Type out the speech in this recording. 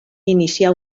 inicià